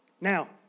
Now